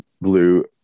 Blue